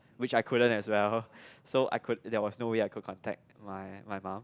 which I couldn't as well so I could there was no way I could contact my my mum